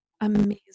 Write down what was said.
Amazing